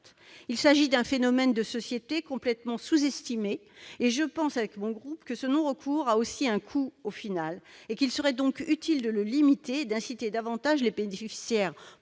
Il s'agit d'un phénomène de société complètement sous-estimé, et je pense, tout comme mon groupe, que ces non-recours ont aussi un coût au final et qu'il serait donc utile de les limiter et d'inciter davantage les bénéficiaires